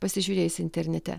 pasižiūrėjęs internete